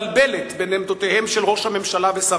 מתבלבלת בין עמדותיהם של ראש הממשלה ושר